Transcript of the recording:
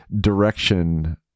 direction